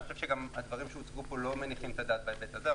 ואני חושב שהדברים שהוצגו פה לא מניחים את הדעת בהיבט הזה.